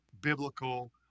biblical